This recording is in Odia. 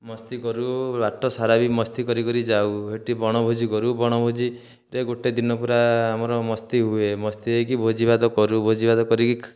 ମସ୍ତି କରୁ ବାଟସାରା ବି ମସ୍ତି କରି କରି କି ଯାଉ ହେଠି ବଣଭୋଜି କରୁ ବଣଭୋଜିରେ ଗୋଟେ ଦିନ ପୁରା ଆମର ମସ୍ତି ହୁଏ ମସ୍ତି ହୋଇକି ଭୋଜିଭାତ କରୁ ଭୋଜିଭାତ କରିକି